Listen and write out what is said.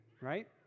right